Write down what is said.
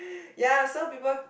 ya so people